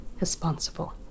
responsible